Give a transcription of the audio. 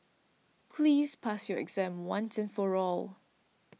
please pass your exam once and for all